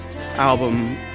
album